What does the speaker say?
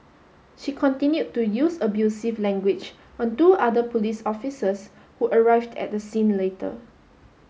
she continued to use abusive language on two other police officers who arrived at the scene later